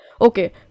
okay